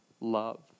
love